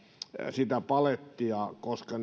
sitä palettia koska